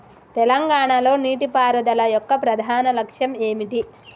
తెలంగాణ లో నీటిపారుదల యొక్క ప్రధాన లక్ష్యం ఏమిటి?